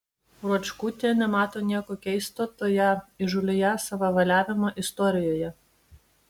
ruočkutė nemato nieko keisto toje įžūlioje savavaliavimo istorijoje